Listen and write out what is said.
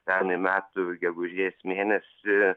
pernai metų gegužės mėnesį